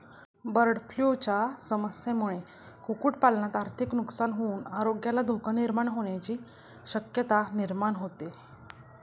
बर्डफ्लूच्या समस्येमुळे कुक्कुटपालनात आर्थिक नुकसान होऊन आरोग्याला धोका निर्माण होण्याची शक्यता निर्माण होते